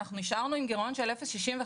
נשארנו עם גירעון של 0.65%,